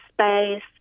space